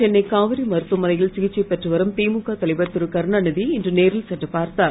சென்னை காவிரி மருத்துவமனையில் சிகிச்சை பெற்று வரும் திமுக தலைவர் திருகருணாந்தியை இன்று நேரில் சென்று பார்த்தார்